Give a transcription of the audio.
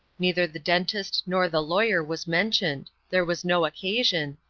neither the dentist nor the lawyer was mentioned there was no occasion,